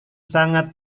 sangat